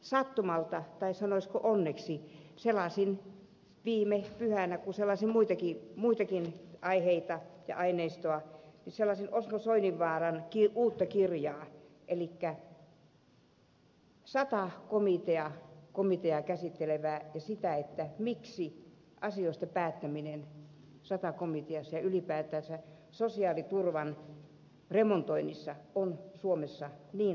sattumalta vai sanoisiko onneksi selasin viime pyhänä kun selasin muutakin aineistoa osmo soininvaaran uutta kirjaa joka käsittelee sata komiteaa ja sitä miksi asioista päättäminen sata komiteassa ja ylipäätänsä sosiaaliturvan remontoinnissa on suomessa niin vaikeaa